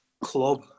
club